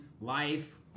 life